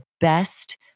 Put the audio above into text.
best